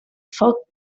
foc